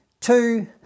two